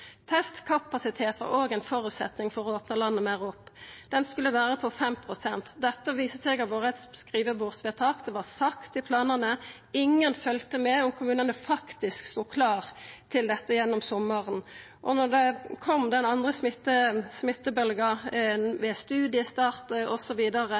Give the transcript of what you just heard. var òg ein føresetnad for å opna landet meir opp. Den skulle vera på 5 pst. Dette viste seg å ha vore eit skrivebordsvedtak. Det var sagt i planane, men ingen følgde med på om kommunane faktisk stod klare til dette gjennom sommaren. Da den andre smittebølgja kom,